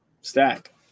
stack